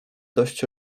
dość